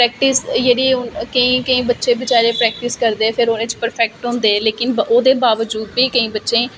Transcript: practice जेहड़ी ओह् केंई बच्चे बेचारे प्रैक्टिस करदे फिर ओहदे च प्रफेक्ट होंदे लेकिन ओहदे बाबजूद बी केईं बच्चे गी